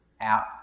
out